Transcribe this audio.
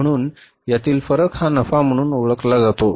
म्हणून यातील फरक हा नफा म्हणून ओळखला जातो